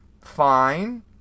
fine